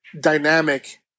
dynamic